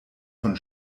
von